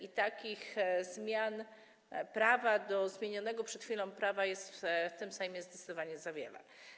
I takich zmian prawa do zmienionego przed chwilą prawa jest w tym Sejmie zdecydowanie za wiele.